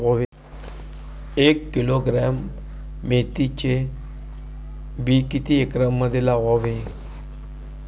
एक किलोग्रॅम मेथीचे बी किती एकरमध्ये लावावे?